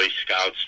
Scouts